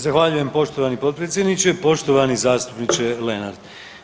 Zahvaljujem poštovani potpredsjedniče, poštovani zastupniče Lenart.